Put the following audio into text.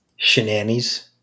Shenanies